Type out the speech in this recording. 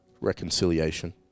reconciliation